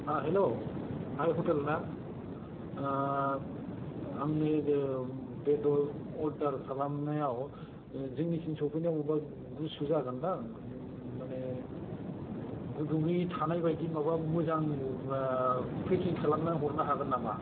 आ हेल' आइ हटेल ना आंनो बेदर अर्डार खालामनायाव जोंनिसिम सौफैनायाव बबेबा गुसु जागोनदां माने गुदुङै थानाय बायदि माबा मोजां पेकिं खालामनानै हरनो हागोन नामा